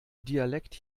dialekt